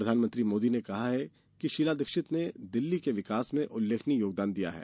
प्रधानमंत्री नरेन्द्र मोदी ने कहा है कि शीला दीक्षित ने दिल्ली के विकास में उल्लेखनीय योगदान दिया है